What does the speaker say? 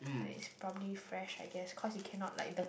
to is probably fresh I guess cause he cannot like the